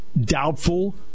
doubtful